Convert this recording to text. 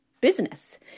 business